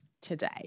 today